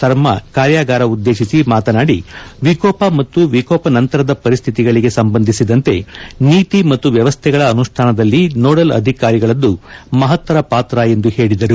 ಸರ್ಮಾ ಕಾರ್ಯಗಾರ ಉದ್ದೇಶಿಸಿ ಮಾತನಾದಿ ವಿಕೋಪ ಮತ್ತು ವಿಕೋಪ ನಂತರದ ಪರಿಸ್ಥಿತಿಗಳಿಗೆ ಸಂಬಂಧಿಸಿದಂತೆ ನೀತಿ ಮತ್ತು ವ್ಯವಸ್ಥೆಗಳ ಅನುಷ್ಣಾನದಲ್ಲಿ ನೋಡಲ್ ಅಧಿಕಾರಿಗಳದು ಮಹತ್ತರ ಪಾತ್ರ ಎಂದು ಹೇಳಿದರು